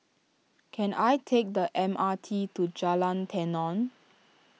can I take the M R T to Jalan Tenon